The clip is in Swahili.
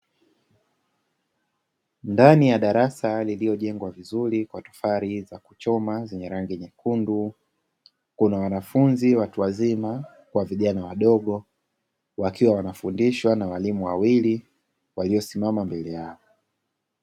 Ndani ya darasa lililojengwa vizuri kwa tofali za kuchoma zenye rangi nyekundu, kuna wanafunzi, watu wazima kwa vijana wadogo, wakiwa wanafundishwa na walimu wawili waliosimama mbele yao.